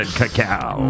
cacao